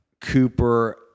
Cooper